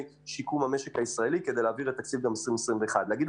שיקום המשק על מנת להעביר את תקציב 2021. איני